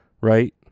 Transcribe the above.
right